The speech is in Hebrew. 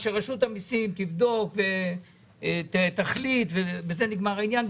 שרשות המיסים תבדוק ותחליט ובזה נגמר העניין.